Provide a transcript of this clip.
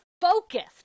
focused